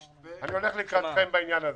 ואני הולך לקראתכם בעניין הזה.